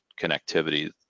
connectivity